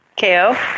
KO